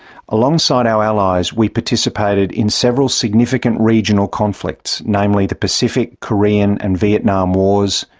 alongside our allies, we participated in several significant regional conflicts, namely the pacific, korean and vietnam wars,